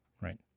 Right